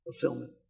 fulfillment